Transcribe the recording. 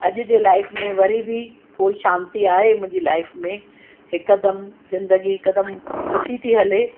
अॼ जे लाइफ में वरी बि थोरी शांती आहे मुंहिंजी लाइफ में हिकदमि जिंदगी हिकदमि सुठी थी हले